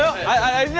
i